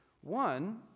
One